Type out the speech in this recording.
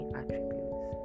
attributes